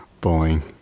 bowling